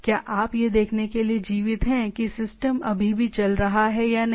क्या आप यह देखने के लिए जीवित हैं कि सिस्टम अभी भी चल रहा है या नहीं